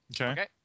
Okay